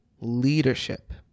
Leadership